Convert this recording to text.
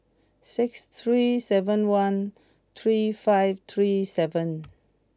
six three seven one three five three seven